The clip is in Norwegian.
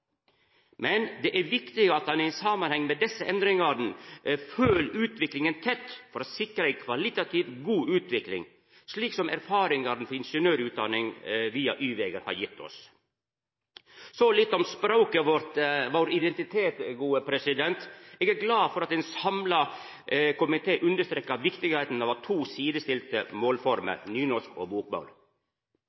Men det er viktig at ein i samanheng med desse endringane følgjer utviklinga tett for å sikra ei kvalitativt god utvikling – slik som erfaringane til ingeniørutdanninga via Y-vegen har gitt oss. Så litt om språket vårt – identiteten vår. Eg er glad for at ein samla komité understrekar viktigheita av å ha to sidestilte målformer, nynorsk og